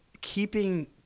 keeping